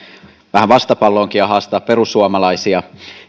vähän vastapalloakin ja haastaa perussuomalaisia